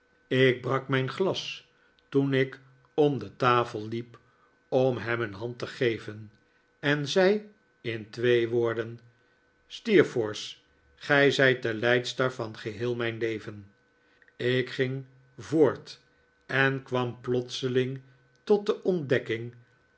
ik brak mijn glas toen ik om de tafel liep om hem een hand te geven en zei in twee woorden steerforth gezij t de leidstar van geheel mij n leven ik ging voort en kwam plotseling tot de ontdekking